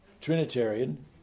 Trinitarian